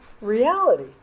reality